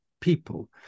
people